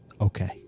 Okay